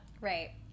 Right